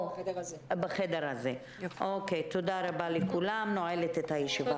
תודה רבה לכולם, הישיבה נעולה.